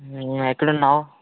ఎక్కడున్నావు